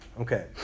Okay